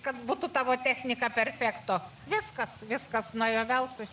kad būtų tavo technika perfekto viskas viskas nuėjo veltui